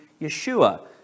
Yeshua